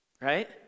Right